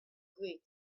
grate